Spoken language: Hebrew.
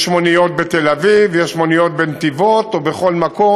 יש מוניות בתל-אביב, יש מוניות בנתיבות ובכל מקום.